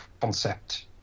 concept